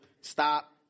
stop